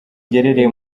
giherereye